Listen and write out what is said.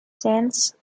since